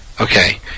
Okay